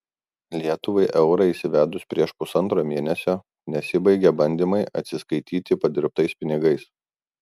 lietuvai eurą įsivedus prieš pusantro mėnesio nesibaigia bandymai atsiskaityti padirbtais pinigais